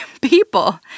people